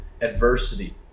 adversity